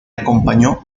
acompañó